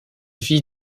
vit